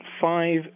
five